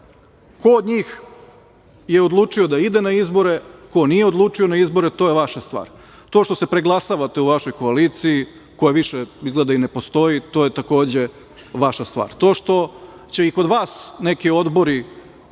ko od njih je odlučio da ide na izbore, ko nije odlučio na izbore, to je vaša stvar. To što se preglasavate u vašoj koaliciji koja više izgleda da i ne postoji, to je takođe vaša stvar. To što će i kod vas neki odbori